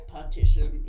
Partition